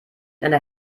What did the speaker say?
einer